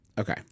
Okay